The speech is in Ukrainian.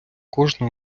кожна